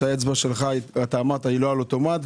שאמרת שהאצבע שלך היא לא על אוטומט,